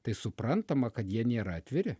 tai suprantama kad jie nėra atviri